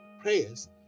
Prayers